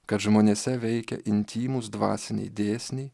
kad žmonėse veikia intymūs dvasiniai dėsniai